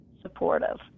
supportive